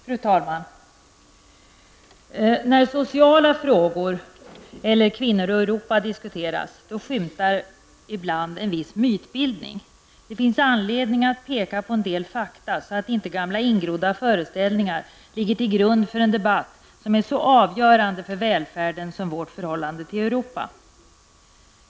Fru talman! När sociala frågor eller kvinnorna och Europa diskuteras, skymtar ibland en viss mytbildning. Det finns anledning att peka på en del fakta, så att inte gamla ingrodda föreställningar ligger till grund för en debatt som är så avgörande för välfärden som vårt förhållande till Europa.